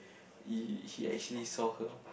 he he actually saw her